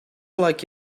like